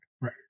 Right